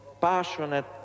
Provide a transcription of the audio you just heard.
passionate